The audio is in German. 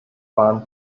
waren